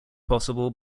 possible